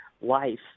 life